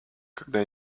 когда